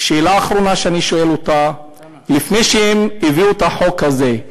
שאלה אחרונה שאני שואל: לפני שהם הביאו את החוק הזה,